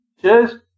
Cheers